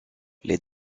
les